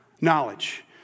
knowledge